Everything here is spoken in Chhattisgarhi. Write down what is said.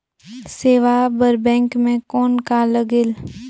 सेवा बर बैंक मे कौन का लगेल?